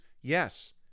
Yes